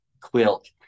quilt